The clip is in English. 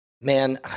Man